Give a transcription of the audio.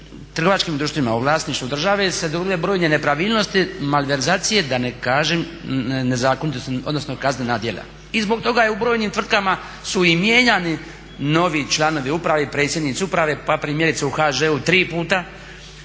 trgovačkim društvima u vlasništvu države su se dogodile brojne nepravilnosti, malverzacije da ne kažem nezakonitosti, odnosno kaznena djela. I zbog toga u brojnim tvrtkama su i mijenjani novi članovi uprave i predsjednici uprave. Primjerice u HŽ-u tri puta,